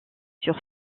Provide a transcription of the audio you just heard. sur